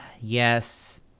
Yes